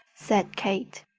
said kate.